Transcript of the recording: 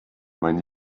mein